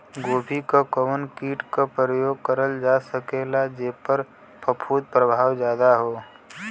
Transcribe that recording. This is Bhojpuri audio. गोभी पर कवन कीट क प्रयोग करल जा सकेला जेपर फूंफद प्रभाव ज्यादा हो?